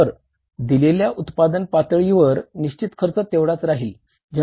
तर दिलेल्या उत्पादन पातळीवर निश्चित खर्च तेवढाच राहील